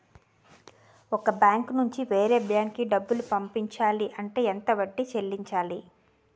ఒక బ్యాంక్ నుంచి వేరే బ్యాంక్ కి డబ్బులు పంపించాలి అంటే ఎంత వడ్డీ చెల్లించాలి?